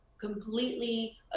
completely